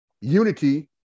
unity